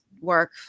work